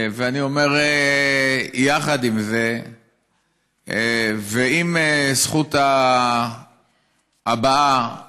ואני אומר, יחד עם זה ועם זכות ההבעה והחופש,